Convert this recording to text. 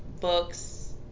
books